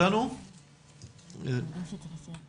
מלווה את הנושא של נוער